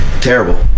Terrible